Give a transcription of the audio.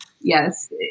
yes